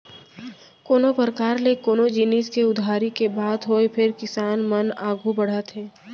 कोनों परकार ले कोनो जिनिस के उधारी के बात होय फेर किसान मन आघू बढ़त हे